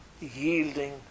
yielding